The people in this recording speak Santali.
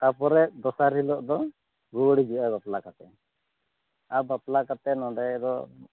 ᱛᱟᱯᱚᱨᱮ ᱫᱚᱥᱟᱨ ᱦᱤᱞᱳᱜ ᱫᱚ ᱨᱩᱭᱟᱹᱲ ᱦᱤᱡᱩᱜᱼᱟ ᱵᱟᱯᱞᱟ ᱠᱟᱛᱮ ᱟᱨ ᱵᱟᱯᱞᱟ ᱠᱟᱛᱮ ᱱᱚᱸᱰᱮ ᱫᱚ